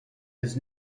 his